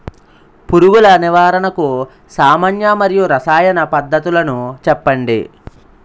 పురుగుల నివారణకు సామాన్య మరియు రసాయన పద్దతులను చెప్పండి?